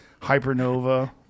hypernova